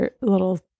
little